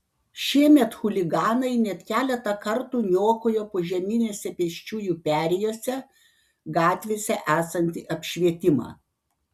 šiemet chuliganai net keletą kartų niokojo požeminėse pėsčiųjų perėjose gatvėse esantį apšvietimą